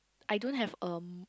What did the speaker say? I don't have a